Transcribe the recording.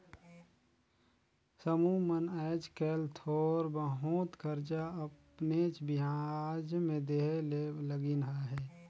समुह मन आएज काएल थोर बहुत करजा अपनेच बियाज में देहे ले लगिन अहें